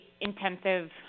intensive